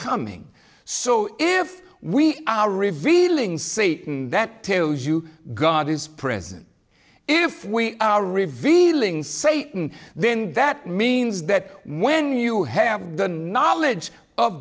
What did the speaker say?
coming so if we are revealing say that tells you god is present if we are revealing satan then that means that when you have the knowledge of